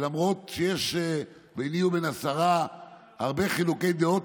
ולמרות שיש ביני ובין השרה הרבה חילוקי דעות,